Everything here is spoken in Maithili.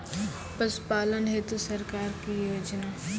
पशुपालन हेतु सरकार की योजना?